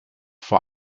vor